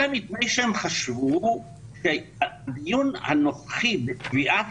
אלא מפני שהם חשבו שהדיון הנוכחי על קביעת